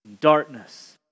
darkness